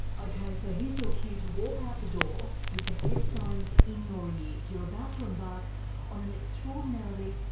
ok, so here's your cue to walk out the door with the headphones in your ears, you're about to embark on an extraordinarily,